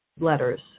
letters